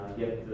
get